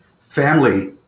family